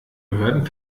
behörden